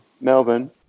Melbourne